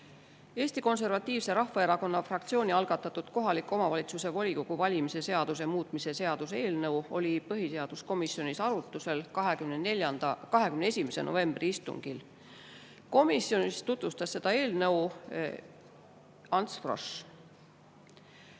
Eesti Konservatiivse Rahvaerakonna fraktsiooni algatatud kohaliku omavalitsuse volikogu valimise seaduse muutmise seaduse eelnõu oli põhiseaduskomisjonis arutusel 21. novembri istungil. Komisjonis tutvustas seda eelnõu Ants Frosch.